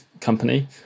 company